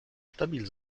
stabil